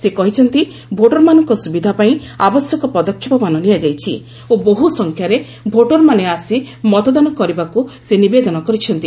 ସେ କହିଛନ୍ତି ଭୋଟରମାନଙ୍କ ସୁବିଧା ପାଇଁ ଆବଶ୍ୟକ ପଦକ୍ଷେପମାନ ନିଆଯାଇଛି ଓ ବହୁସଂଖ୍ୟାରେ ଭୋଟରମାନେ ଆସି ମତଦାନ କରିବାକୁ ସେ ନିବେଦନ କରିଛନ୍ତି